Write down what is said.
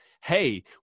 hey